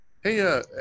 hey